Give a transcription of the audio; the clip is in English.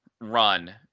run